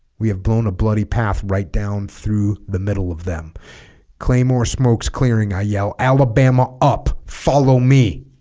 we have blown a bloody path right down through the middle of them claymore smokes clearing i yell alabama up follow me